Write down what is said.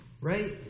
Right